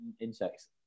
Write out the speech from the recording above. insects